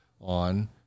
on